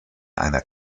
einer